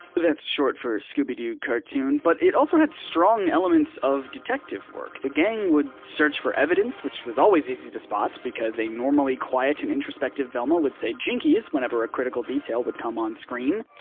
that's short for scooby-doo cartoon but it also had strong elements of detective work. the gang would search for evidence which was always easy to spot because a normally quiet and introspective velma would say jinkies! whenever a critical detail would come on screen.